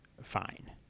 fine